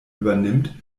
übernimmt